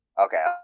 Okay